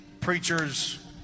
preachers